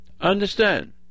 Understand